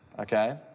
okay